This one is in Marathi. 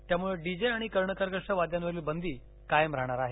त्यामुळे डीजे आणि कर्ण कर्कश वाद्यांवरील बंदी कायम राहणार आहे